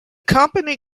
company